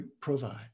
provide